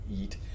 eat